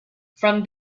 from